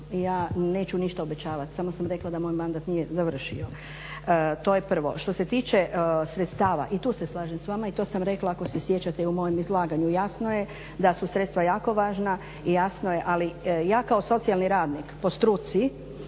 ja neću ništa obećavat, samo sam rekla da moj mandat nije završio, to je prvo. Što se tiče sredstva i tu se slažem s vama i to sam rekla ako se sjećate i u mojem izlaganju. Jasno je da su sredstva jako važna i jasno je. Ali ja kao socijalni radnik po struci